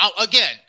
again